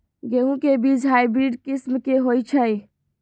गेंहू के बीज हाइब्रिड किस्म के होई छई?